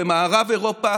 במערב אירופה